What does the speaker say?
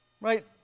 right